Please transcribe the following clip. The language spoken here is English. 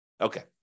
Okay